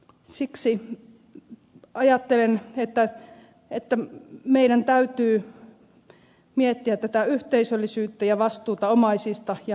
siksi ajattelen että meidän täytyy miettiä tätä yhteisöllisyyttä ja vastuuta omaisista ja lähipiiristä